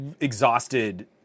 exhausted